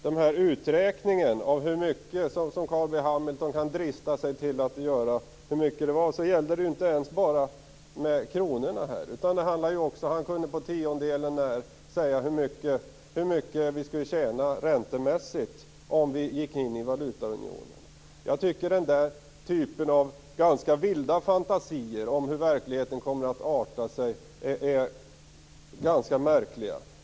Den uträkning som Carl B Hamilton dristade sig till att göra gällde inte bara kronorna, utan han kunde t.o.m. på tiondelen när säga hur mycket vi skulle tjäna räntemässigt på att gå in i valutaunionen. Jag tycker att den typen av ganska vilda fantasier om hur verkligheten kommer att arta sig är ganska märkliga.